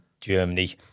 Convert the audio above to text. Germany